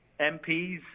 MPs